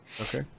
Okay